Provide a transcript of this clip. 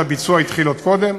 שהביצוע שלה התחיל עוד קודם,